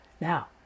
Now